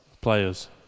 players